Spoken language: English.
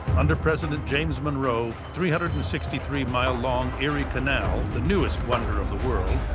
under president james monroe, three hundred and sixty three mile long erie canal, the newest wonder of the world,